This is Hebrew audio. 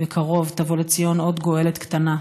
בקרוב תבוא לציון עוד גואלת קטנה.